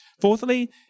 Fourthly